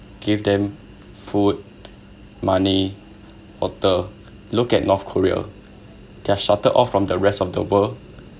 give them food money water look at north korea they're shuttered off from the rest of the world